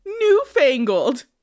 newfangled